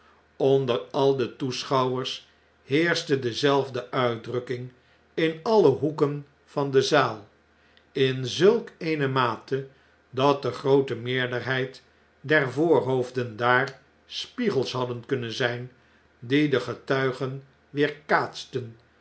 onder al de toeschouwers heerschte dezelfde uitdrukking in alle hoeken van de zaal in zulk eene mate dat de groote meerderheid der voorhoofden daar spiegels hadden kunnen zp die de getuigen weerkaatsten